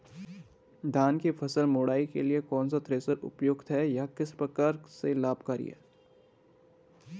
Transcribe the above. धान की फसल मड़ाई के लिए कौन सा थ्रेशर उपयुक्त है यह किस प्रकार से लाभकारी है?